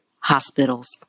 hospitals